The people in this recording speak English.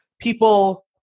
people